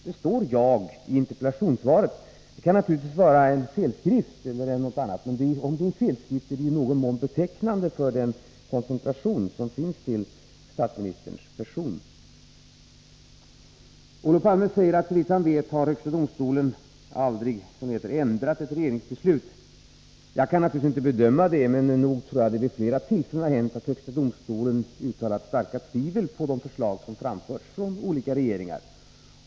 Det står ”jag” i interpellationssvaret. Det kan naturligtvis vara en felskrivning eller något annat. Men om det är en felskrivning är det i någon mån betecknande för den koncentration som finns till statsministerns person. Olof Palme säger att såvitt han vet har högsta domstolen aldrig ändrat ett regeringsbeslut. Jag kan naturligtvis inte bedöma det, men nog tror jag att det vid flera tillfällen har hänt att högsta domstolen uttalat starka tvivel på de 33 förslag som framförts från olika regeringar.